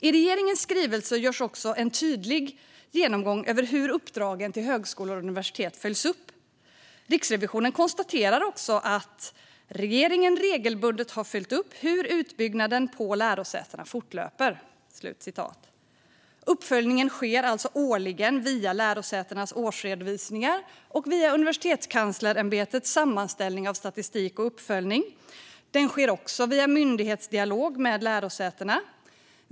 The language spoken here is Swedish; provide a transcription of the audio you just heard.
I regeringens skrivelse görs en tydlig genomgång av hur uppdragen till högskolor och universitet följs upp. Riksrevisionen konstaterar också att regeringen regelbundet har följt upp hur utbyggnaderna på lärosätena fortlöper. Uppföljning sker alltså årligen via lärosätenas årsredovisningar och via Universitetskanslersämbetets sammanställning av statistik och uppföljning. Den sker också via myndighetsdialog med lärosätena.